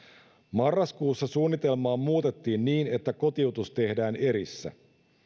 marraskuussa suunnitelmaa muutettiin niin että kotiutus tehdään erissä